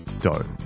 dough